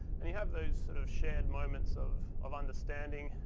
and you have those sort of shared moments of of understanding,